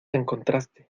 encontraste